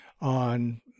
on